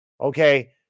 okay